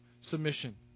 submission